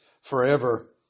forever